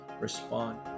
respond